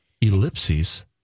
ellipses